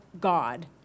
God